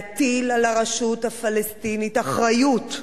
להטיל על הרשות הפלסטינית אחריות,